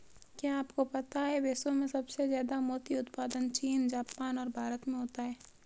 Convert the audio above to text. क्या आपको पता है विश्व में सबसे ज्यादा मोती उत्पादन चीन, जापान और भारत में होता है?